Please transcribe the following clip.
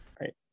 Right